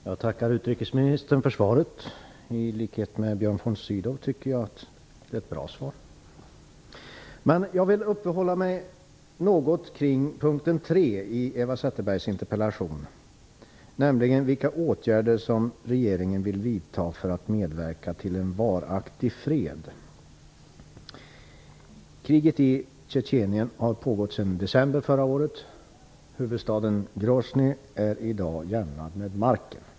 Herr talman! Jag tackar utrikesministern för svaret. I likhet med Björn von Sydow tycker jag att det är ett bra svar. Jag vill uppehålla mig något kring fråga 3 i Eva Zetterbergs interpellation, nämligen vilka åtgärder som regeringen vill vidta för att medverka till en varaktig fred. Kriget i Tjetjenien har pågått sedan december förra året. Huvudstaden Grosnyj är i dag jämnad med marken.